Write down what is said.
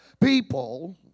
people